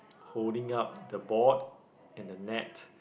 holding up the board and the net